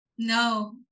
No